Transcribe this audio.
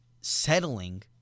settling